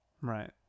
Right